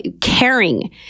caring